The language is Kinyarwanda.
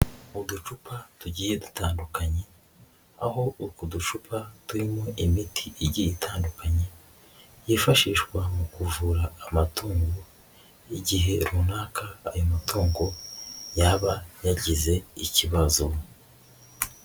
Uducupa tugiye dutandukanye, aho utwo ducupa turimo imiti igiye itandukanye yifashishwa mu kuvura amatungo igihe runaka ayo matungo yaba yagize ikibazo.